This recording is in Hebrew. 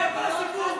זה כל הסיפור,